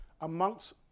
amongst